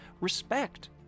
respect